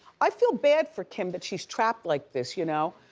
i feel bad for kim that she's trapped like this you know?